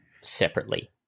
separately